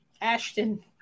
Ashton